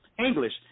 English